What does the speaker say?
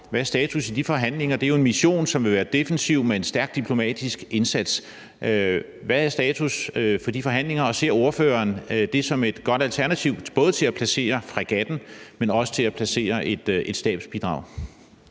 Hvad er status i de forhandlinger? Det er jo en mission, som vil være defensiv og med en stærk diplomatisk indsats. Hvad er status i de forhandlinger, og ser ordføreren det som et godt alternativ til både at placere fregatten der, men også til at placere et stabsbidrag